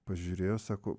pažiūrėjo sako